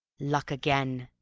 luck again,